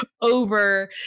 Over